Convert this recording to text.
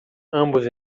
ambos